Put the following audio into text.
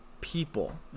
people